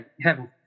Heaven